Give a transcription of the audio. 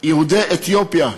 יהודי אתיופיה: